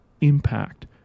impact